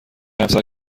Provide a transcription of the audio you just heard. همسر